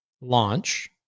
launch